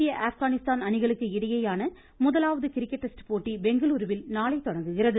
இந்திய ஆப்கானிஸ்தான் அணிகளுக்கு இடையேயான முதலாவது கிரிக்கெட் டெஸ்ட் போட்டி பெங்களுருவில் நாளை தொடங்குகிறது